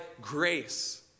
grace